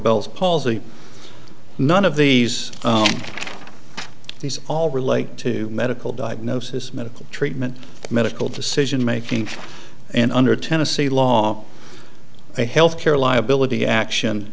bell's palsy none of these these all relate to medical diagnosis medical treatment medical decision making and under tennessee law the health care liability action